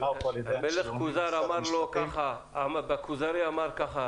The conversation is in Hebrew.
והיא נאמרה פה על ידי --- הכוזרי אמר ככה: